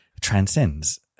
transcends